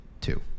two